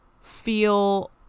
feel